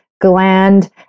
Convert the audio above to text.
gland